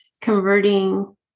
converting